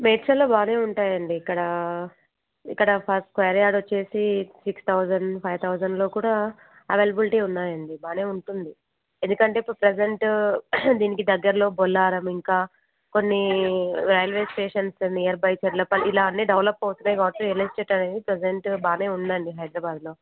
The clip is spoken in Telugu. మేడ్చల్లో బాగానే ఉంటాయండి ఇక్కడ ఇక్కడ పర్ స్క్వేర్ యార్డ్ వచ్చేసి సిక్స్ థౌజండ్ ఫైవ్ థౌజండ్లో కూడా అవైలబిలిటీ ఉన్నాయండి బానే ఉంటుంది ఎందుకంటే ఇప్పుడు ప్రజెంటు దీనికి దగ్గరలో బొల్లారం ఇంకా కొన్ని railway stations near by Charlapalli ఇలా అన్ని డెవలప్ అవుతున్నాయి కాబట్టి రియల్ ఎస్టేట్ అనేది ప్రెసెంట్ బాగానే ఉందండి హైదరాబాద్లో